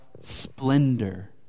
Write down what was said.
splendor